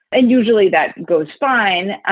and usually that goes fine.